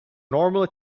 normally